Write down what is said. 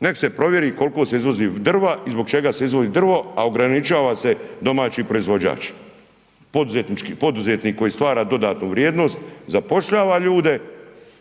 nek se provjeri kolko se izvozi drva i zbog čega se izvozi drvo, a ograničava se domaći proizvođač, poduzetnik koji stvara dodatnu vrijednost zapošljava ljude